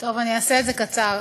אני אעשה את זה קצר.